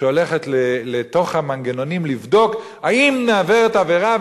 לתוך המנגנונים לבדוק האם נעברת עבירה,